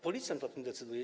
Policjant o tym decyduje.